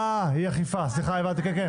אה, אי אכיפה, כן.